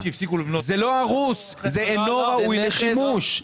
זה לא הרוס; זה לא ראוי לשימוש.